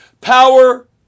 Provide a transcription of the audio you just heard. Power